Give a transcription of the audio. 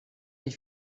les